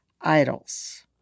idols